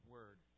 Word